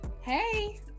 hey